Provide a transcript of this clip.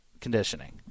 conditioning